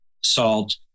salt